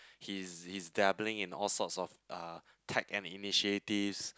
he is is dabbling in all sorts of uh tech and initiatives